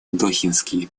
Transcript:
дохинский